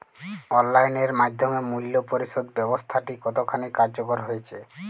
Online এর মাধ্যমে মূল্য পরিশোধ ব্যাবস্থাটি কতখানি কার্যকর হয়েচে?